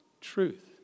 Truth